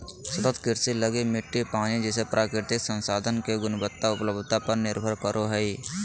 सतत कृषि लगी मिट्टी, पानी जैसे प्राकृतिक संसाधन के गुणवत्ता, उपलब्धता पर निर्भर करो हइ